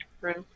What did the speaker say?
right